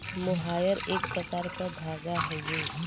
मोहायर एक प्रकार क धागा हउवे